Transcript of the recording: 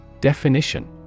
Definition